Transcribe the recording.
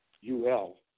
U-L